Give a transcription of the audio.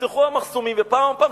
נפתחו המחסומים ופעם אחר פעם,